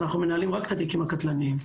אנחנו מנהלים רק את התיקים הקטלניים.